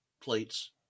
plates